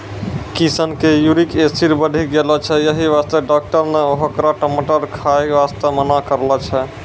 किशन के uric acid बढ़ी गेलो छै यही वास्तॅ डाक्टर नॅ होकरा टमाटर खाय वास्तॅ मना करनॅ छै